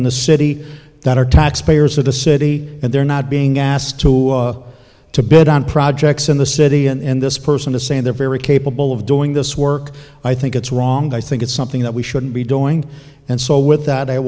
in the city that are taxpayers of the city and they're not being asked to to bid on projects in the city and this person is saying they're very capable of doing this work i think it's wrong i think it's something that we shouldn't be doing and so with that i